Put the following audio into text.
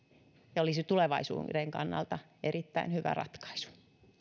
ja olisi tulevaisuuden kannalta erittäin hyvä ratkaisu